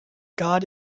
god